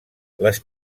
les